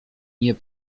nie